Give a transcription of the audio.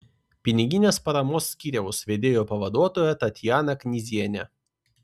piniginės paramos skyriaus vedėjo pavaduotoja tatjana knyzienė